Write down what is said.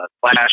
Flash